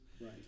Right